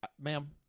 ma'am